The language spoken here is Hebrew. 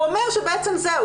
הוא אומר שבעצם זהו,